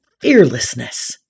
fearlessness